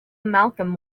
malcolm